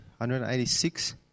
186